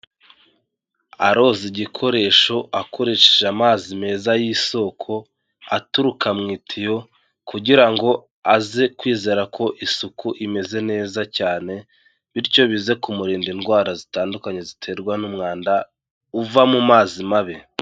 Aroza igikoresho akoresheje amazi meza y'isoko, aturuka mu itiyo, kugira ngo aze kwizera ko isuku imeze neza cyane, bityo bize kumurinda indwara zitandukanye ziterwa n'umwanda uva mu mazi mabi.